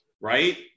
right